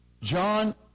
John